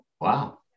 Wow